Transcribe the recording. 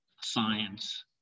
science